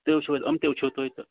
تُہۍ وٕچھِو حظ یِم تہِ وٕچھِو تُہۍ تہٕ